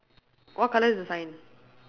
what colour is the sign